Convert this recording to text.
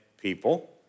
people